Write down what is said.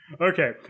Okay